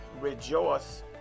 Rejoice